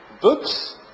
books